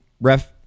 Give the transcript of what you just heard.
ref